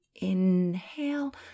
Inhale